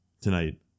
tonight